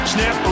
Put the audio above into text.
Snap